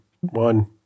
One